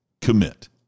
commit